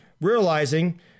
realizing